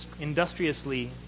industriously